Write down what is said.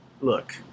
look